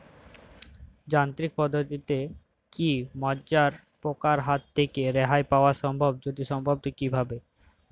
যান্ত্রিক পদ্ধতিতে কী মাজরা পোকার হাত থেকে রেহাই পাওয়া সম্ভব যদি সম্ভব তো কী ভাবে?